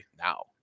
now